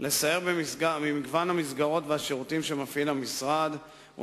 לסייר במגוון המסגרות והשירותים שהמשרד מפעיל